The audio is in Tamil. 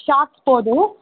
ஷார்ட்ஸ் போதும்